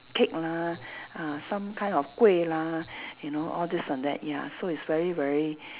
cake lah ah some kind of kueh lah you know all this and that ya so it's very very